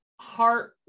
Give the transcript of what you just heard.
heart